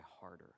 harder